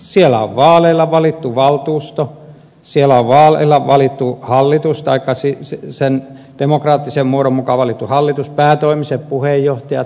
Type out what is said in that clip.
siellä on vaaleilla valittu valtuusto siellä on vaaleilla valittu hallitus taikka sen demokraattisen muodon mukaan valittu hallitus päätoimiset puheenjohtajat